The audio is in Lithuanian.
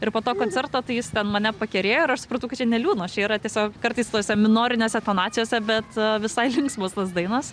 ir po to koncerto tai jis ten mane pakerėjo ir aš supratau kad čia ne liūdnos čia yra tiesiog kartais tose minorinėse tonacijose bet visai linksmos tos dainos